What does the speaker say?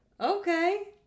okay